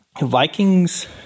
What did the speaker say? Vikings